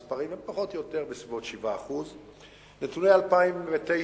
המספרים הם פחות או יותר 7%. נתוני 2009 עדיין